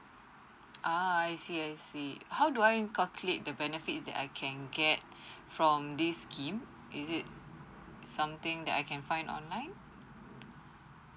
uh I see I see how do I calculate the benefits that I can get from this scheme is it something that I can find online